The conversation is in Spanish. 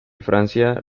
francia